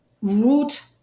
root